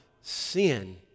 sin